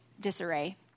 disarray